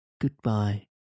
Goodbye